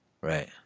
Right